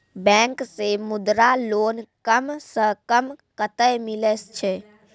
Bank से Mudra loan कम सऽ कम कतैय मिलैय छै?